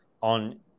on